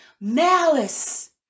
Malice